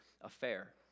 affair